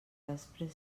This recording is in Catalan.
després